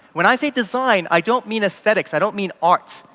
when i say design, i don't mean aesthetics, i don't mean arts,